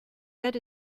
yet